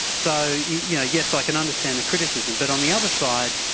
so yeah yes, i can understand the criticism, but on the other side,